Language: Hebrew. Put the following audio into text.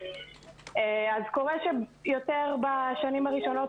אז קורה שיותר בשנים הראשונות